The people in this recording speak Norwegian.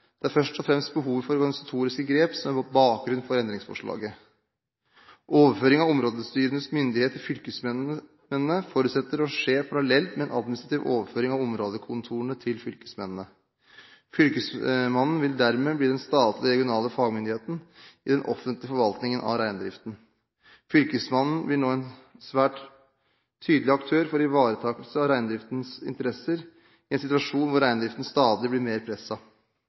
Det er først og fremst behov for organisatoriske grep som er bakgrunnen for endringsforslaget. Overføring av områdestyrenes myndighet til fylkesmennene forutsetter å skje parallelt med en administrativ overføring av områdekontorene til fylkesmennene. Fylkesmannen vil dermed bli den statlige regionale fagmyndigheten i den offentlige forvaltningen av reindriften. Fylkesmannen blir nå en svært tydelig aktør for ivaretakelse av reindriftens interesser i en situasjon hvor reindriften stadig blir mer